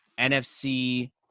NFC